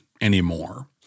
anymore